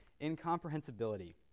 incomprehensibility